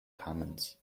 commons